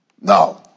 No